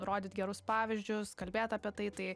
rodyt gerus pavyzdžius kalbėt apie tai tai